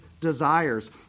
desires